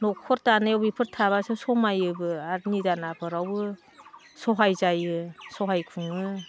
न'खर दानायाव बेफोर थाबासो समायोबो आरो निदान आफोदावबो सहाय जायो सहाय खुङो